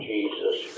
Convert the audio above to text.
Jesus